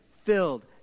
filled